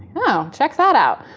oh, check that out.